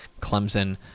Clemson